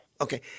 Okay